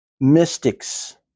mystics